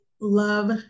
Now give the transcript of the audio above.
love